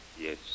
Yes